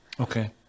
Okay